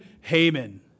Haman